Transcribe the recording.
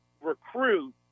recruit